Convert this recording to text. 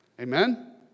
amen